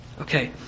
Okay